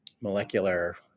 molecular